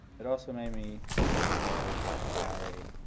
it also made me think of my